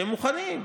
שהם מוכנים,